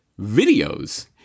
videos